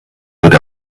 wird